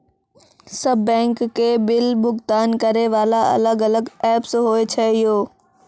सब बैंक के बिल भुगतान करे वाला अलग अलग ऐप्स होय छै यो?